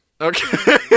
Okay